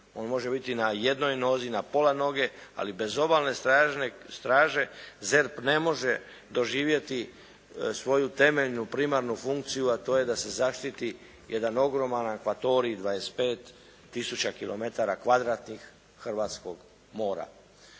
On može biti na jednoj nozi, na pola noge. Ali bez obalne straže ZERP ne može doživjeti svoju temeljnu, primarnu funkciju, a to je da se zaštiti jedan ogroman akvatorij 25000 km2 hrvatskog mora.